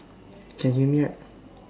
can hear me right